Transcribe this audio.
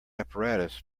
apparatus